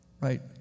right